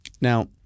Now